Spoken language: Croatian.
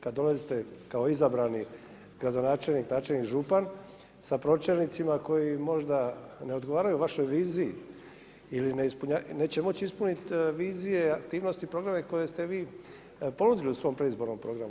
Kad dolazite kao izabrani gradonačelnik, načelnik, župan sa pročelnicima koji možda ne odgovaraju vašoj viziji ili neće moći ispuniti vizije, aktivnosti, programe koje ste vi ponudili u svom predizbornom programu.